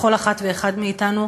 אצל כל אחת ואחד מאתנו,